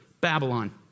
Babylon